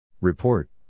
Report